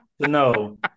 No